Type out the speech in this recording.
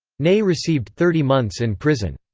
ney received thirty months in prison.